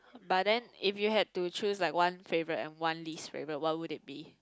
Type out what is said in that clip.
but then if you had to choose like one favourite and one least favourite what would it be